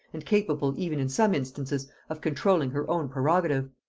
and capable even in some instances of controlling her own prerogative.